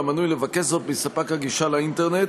על המנוי לבקש זאת מספק הגישה לאינטרנט.